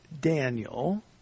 Daniel